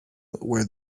where